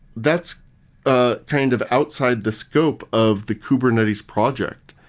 that's ah kind of outside the scope of the kubernetes project.